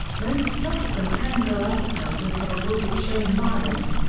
most subsequent tango advertisements have avoided showing violence,